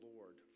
Lord